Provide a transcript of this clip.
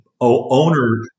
owner